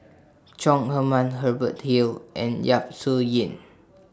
Chong Heman Hubert Hill and Yap Su Yin